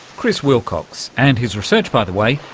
chris wilcox. and his research, by the way,